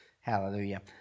Hallelujah